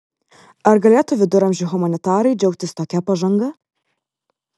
ar galėtų viduramžių humanitarai džiaugtis tokia pažanga